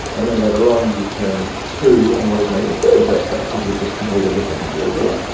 and then later on, you turn two on what is now your third birthday because you've just completed the second year of your life,